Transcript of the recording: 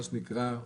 מה שנקרא,